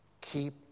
Keep